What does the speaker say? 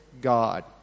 god